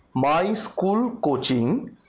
my school coaching